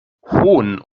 hohn